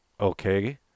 Okay